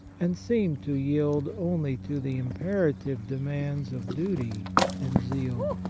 and seem to yield only to the imperative demands of duty and zeal?